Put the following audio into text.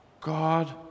God